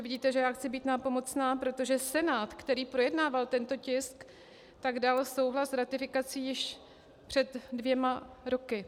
Vidíte, že já chci být nápomocná, protože Senát, který projednával tento tisk, dal souhlas s ratifikací již před dvěma roky.